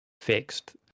fixed